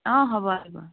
অঁ হ'ব আহিব